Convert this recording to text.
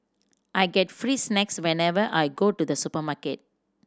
I get free snacks whenever I go to the supermarket